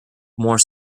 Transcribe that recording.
more